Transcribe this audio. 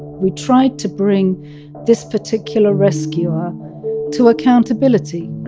we tried to bring this particular rescuer to accountability.